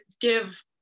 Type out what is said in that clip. give